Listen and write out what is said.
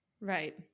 Right